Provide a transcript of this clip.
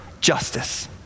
justice